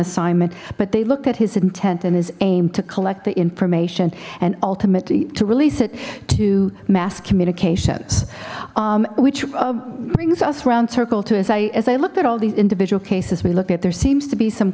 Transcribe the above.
assignment but they looked at his intent and his aim to collect the information and ultimately to release it to mass communications which brings us round circle to as i as i looked at all these individual cases we looked at there seems to be some